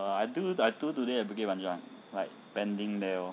err I do I do today at bukit panjang like pendent there lor